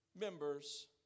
members